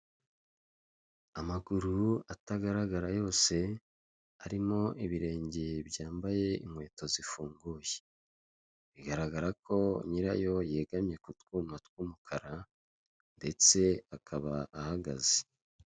Amagaru atagaragara yose arimo ibirenge byambaye inkweto zifunguye, bigaragara ko nyirayo yegamye k'utwuma tw'umukara ndetse akaba ahagaze.